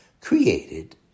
created